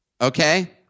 okay